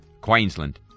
Queensland